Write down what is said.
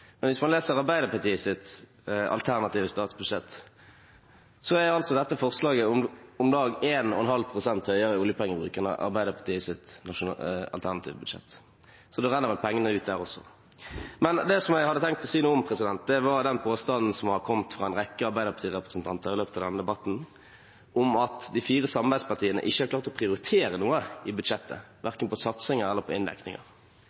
men hvis man leser Arbeiderpartiets alternative statsbudsjett, har dette forslaget om lag 1,5 pst. høyere oljepengebruk enn Arbeiderpartiets alternative budsjett. Så da renner vel pengene ut der også. Det som jeg hadde tenkt å si noe om, var den påstanden som har kommet fra en rekke Arbeiderparti-representanter i løpet av denne debatten, om at de fire samarbeidspartiene ikke har klart å prioritere noe i budsjettet, verken satsinger eller inndekninger.